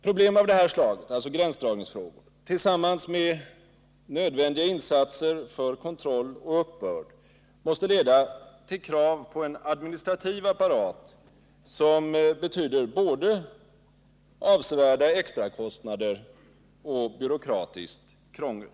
Problem av detta slag, alltså gränsdragningsfrågor — tillsammans med nödvändiga insatser för kontroll och uppbörd — måste leda till krav på en administrativ apparat, som betyder både avsevärda extrakostnader och byråkratiskt krångel.